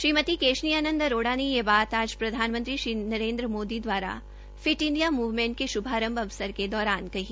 श्रीमती केशनी आनन्द अरोड़ा ने यह बात आज प्रधानमंत्री श्री नरेंद्र मोदी दवारा फिट इंडिया मुवमेंट के शुभारंभ अवसर के दौरान कही